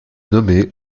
nommée